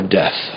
death